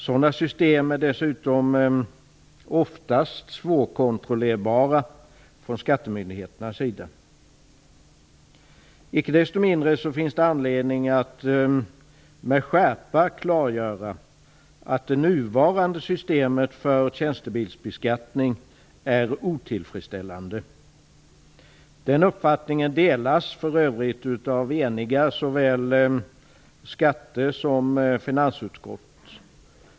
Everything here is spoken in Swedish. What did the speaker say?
Sådana system är dessutom oftast svårkontrollerbara för skattemyndigheterna. Icke desto mindre finns det anledning att med skärpa klargöra att det nuvarande systemet för tjänstebilsbeskattning är otillfredsställande. Den uppfattningen delas för övrigt av såväl ett enigt skatteutskott som ett enigt finansutskott.